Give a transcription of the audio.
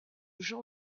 jean